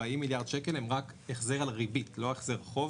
40 מיליארד שקל הם רק החזר על ריבית, לא החזר חוב,